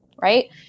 Right